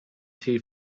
tea